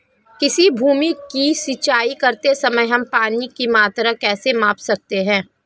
किसी भूमि की सिंचाई करते समय हम पानी की मात्रा कैसे माप सकते हैं?